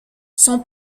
son